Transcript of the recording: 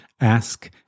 ask